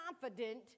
confident